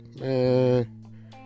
man